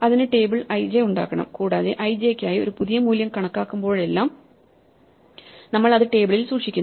അതിന് table ij ഉണ്ടാക്കണം കൂടാതെ ij ക്കായി ഒരു പുതിയ മൂല്യം കണക്കാക്കുമ്പോഴെല്ലാം നമ്മൾ അത് ടേബിളിൽ സൂക്ഷിക്കുന്നു